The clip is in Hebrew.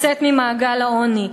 לצאת ממעגל העוני.